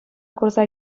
курса